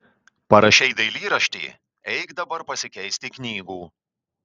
parašei dailyraštį eik dabar pasikeisti knygų